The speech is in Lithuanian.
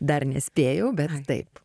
dar nespėjau bet taip